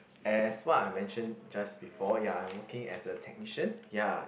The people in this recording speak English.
as what I mention just before ya I'm working as a technician ya